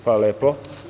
Hvala lepo.